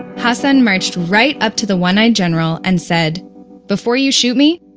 hassan marched right up to the one-eyed-general and said before you shoot me,